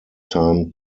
time